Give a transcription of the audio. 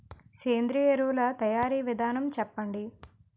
సేంద్రీయ ఎరువుల తయారీ విధానం చెప్పండి?